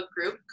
group